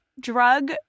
drug